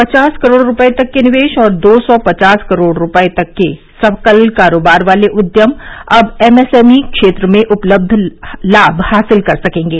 पचास करोड़ रुपये तक के निवेश और दो सौ पचास करोड़ रुपये तक के सकल कारोबार वाले उद्यम अब एमएसएमई क्षेत्र में उपलब्ध लाभ हासिल कर सकेंगे